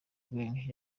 gangz